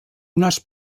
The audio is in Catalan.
unes